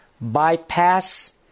bypass